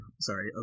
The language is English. sorry